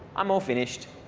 i'm all finished.